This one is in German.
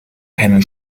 keinen